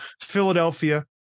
Philadelphia